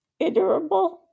iterable